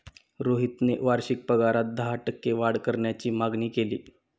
रोहितने वार्षिक पगारात दहा टक्के वाढ करण्याची मागणी केली